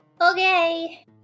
Okay